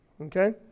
Okay